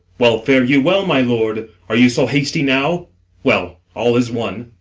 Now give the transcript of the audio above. well, fare you well, my lord are you so hasty now well, all is one.